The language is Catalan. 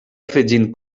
afegint